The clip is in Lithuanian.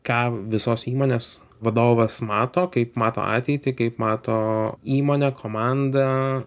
ką visos įmonės vadovas mato kaip mato ateitį kaip mato įmonę komandą